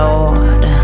Lord